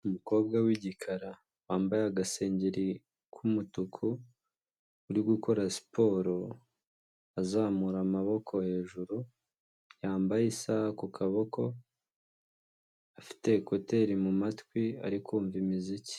Umukobwa w'igikara, wambaye agasengeri k'umutuku, uri gukora siporo, azamura amaboko hejuru, yambaye isaha ku kaboko, afite ekuteri mu mu matwi, ari kumva imiziki.